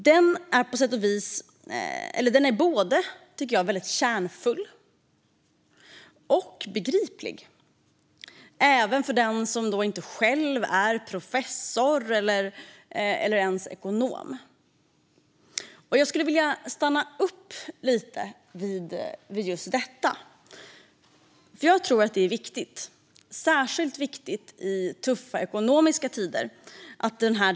Den är både kärnfull och begriplig, även för den som inte själv är professor eller ens ekonom. Jag vill stanna upp lite vid just detta. Jag tror nämligen att det är viktigt att debatten är bred, särskilt i ekonomiskt tuffa tider.